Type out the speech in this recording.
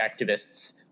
activists